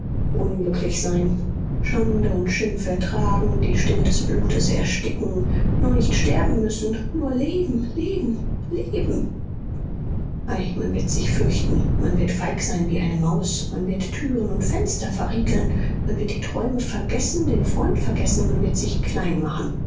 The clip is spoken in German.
unglücklich sein schande und schimpf ertragen die stimme des blutes ersticken nur nicht sterben müssen nur leben leben leben ei man wird sich fürchten man wird feig sein wie eine maus man wird türen und fenster verriegeln man wird die träume vergessen den freund vergessen man wird sich klein machen